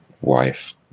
wife